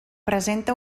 presenta